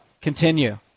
Continue